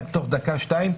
תוך דקה-שתיים,